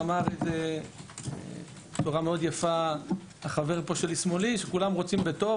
ואמר את זה בצורה מאוד יפה החבר שלשמאלי כולם רוצים בטוב.